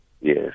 Yes